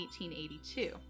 1882